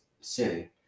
city